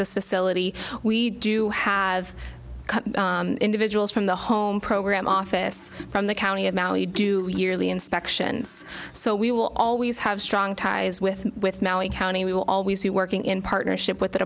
this facility we do have individuals from the home program office from the county of maui do yearly inspections so we will always have strong ties with with maui county we will always be working in partnership with